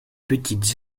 petites